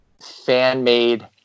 fan-made